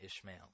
Ishmael